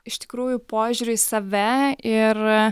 iš tikrųjų požiūrį į save ir